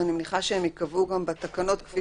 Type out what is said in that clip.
ואני מניחה שהם ייקבעו גם בתקנות כפי